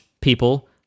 People